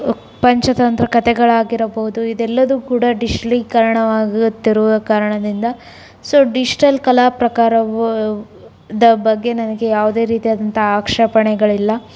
ಪಂಚತಂತ್ರ ಕಥೆಗಳಾಗಿರಬಹುದು ಇದೆಲ್ಲದ್ದೂ ಕೂಡ ಡಿಜ್ಲೀಕರಣವಾಗುತ್ತಿರುವ ಕಾರಣದಿಂದ ಸೊ ಡಿಜ್ಟಲ್ ಕಲಾ ಪ್ರಕಾರವು ದ ಬಗ್ಗೆ ನನಗೆ ಯಾವುದೇ ರೀತಿಯಾದಂತಹ ಆಕ್ಷೇಪಣೆಗಳಿಲ್ಲ